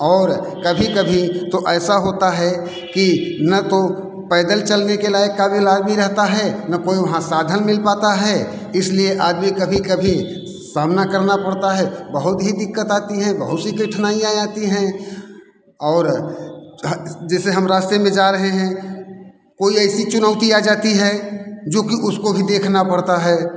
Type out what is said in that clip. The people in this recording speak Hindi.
और कभी कभी तो ऐसा होता है कि न तो पैदल चलने के लायक काबिल आदमी रहता है न कोई वहाँ साधन मिल पाता है इसलिए आदमी कभी कभी सामना करना पड़ता है बहुत ही दिक्कत आती है बहुत सी कठिनाइयाँ आती है और जैसे हम रास्ते में जा रहे हैं कोई ऐसी चुनौती आ जाती है जो कि उसको भी देखना पड़ता है